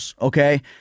okay